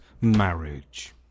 marriage